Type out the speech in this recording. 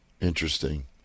Interesting